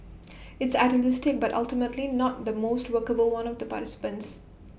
it's idealistic but ultimately not the most workable one of the participants